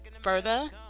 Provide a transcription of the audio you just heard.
further